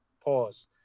Pause